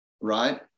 right